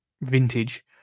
vintage